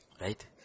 Right